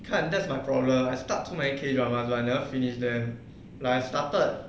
看 that's my problem I start too many K drama but I never finish them like I started